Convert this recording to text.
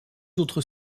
autres